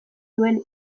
duen